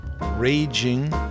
raging